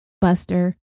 Buster